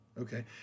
Okay